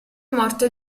morto